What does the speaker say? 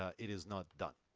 ah it is not done.